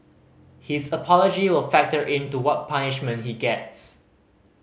his apology will factor in to what punishment he gets